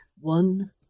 One